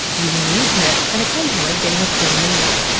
using the internet and occasionally getting a free meal.